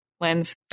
lens